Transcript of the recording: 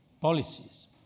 policies